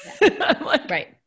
right